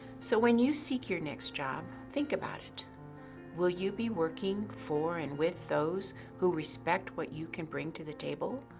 so when you seek your next job, think about it will you be working for and with those who respect what you can bring to the table?